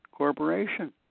corporation